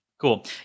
cool